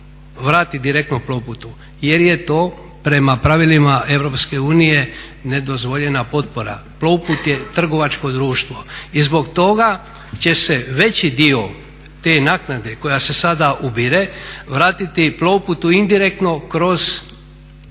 vratiti direktno Plovputu jer je to prema pravilima EU nedozvoljena potpora. Plovput je trgovačko društvo i zbog toga će se veći dio te naknade koja se sada ubire vratiti Plovputu indirektno kroz održavanje, dakle